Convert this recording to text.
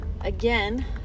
again